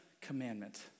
commandment